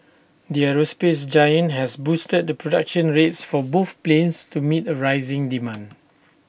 the aerospace giant has boosted the production rates for both planes to meet rising demand